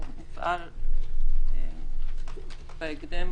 נפעל בהקדם,